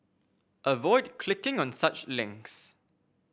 avoid clicking on such links